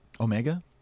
Omega